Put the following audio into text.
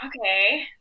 Okay